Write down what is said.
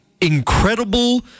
incredible